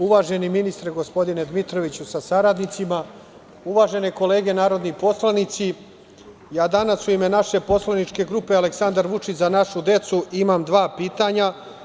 Uvaženi ministre gospodine Dmitroviću sa saradnicima, uvažene kolege narodni poslanici, danas u ime naše poslaničke grupe „Aleksandar Vučić – Za našu decu“, imam dva pitanja.